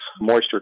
moisture